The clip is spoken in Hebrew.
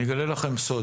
אגלה לכם סוד,